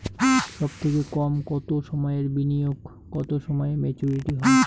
সবথেকে কম কতো সময়ের বিনিয়োগে কতো সময়ে মেচুরিটি হয়?